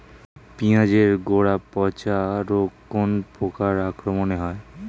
পিঁয়াজ এর গড়া পচা রোগ কোন পোকার আক্রমনে হয়?